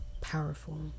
powerful